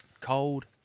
cold